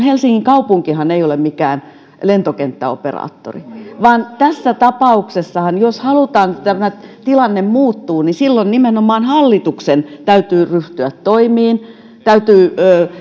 helsingin kaupunki ole mikään lentokenttäoperaattori vaan tässä tapauksessahan jos halutaan että tämä tilanne muuttuu nimenomaan hallituksen täytyy ryhtyä toimiin täytyy